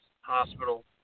hospital